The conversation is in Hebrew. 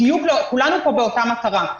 כולנו פה לאותה מטרה.